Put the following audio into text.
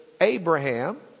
Abraham